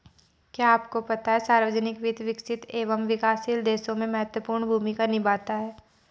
क्या आपको पता है सार्वजनिक वित्त, विकसित एवं विकासशील देशों में महत्वपूर्ण भूमिका निभाता है?